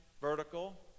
vertical